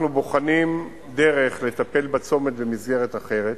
אנחנו בוחנים דרך לטפל בצומת במסגרת אחרת,